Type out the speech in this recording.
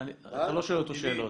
אתה לא שואל אותו שאלות.